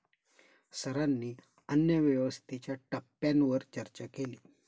सरांनी अन्नव्यवस्थेच्या टप्प्यांवर चर्चा केली